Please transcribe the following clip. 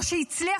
או שהצליח,